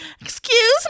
excuse